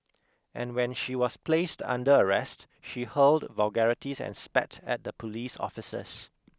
and when she was placed under arrest she hurled vulgarities and spat at the police officers